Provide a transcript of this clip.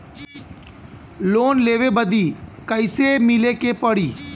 Loan लेवे बदी कैसे मिले के पड़ी?